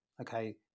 okay